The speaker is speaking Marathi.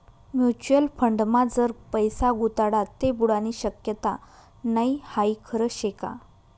म्युच्युअल फंडमा जर पैसा गुताडात ते बुडानी शक्यता नै हाई खरं शेका?